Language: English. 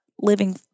living